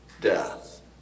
Death